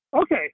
Okay